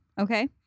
okay